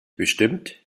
bestimmt